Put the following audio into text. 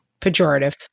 pejorative